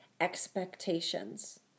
expectations